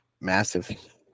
massive